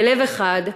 בלב אחד,